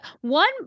one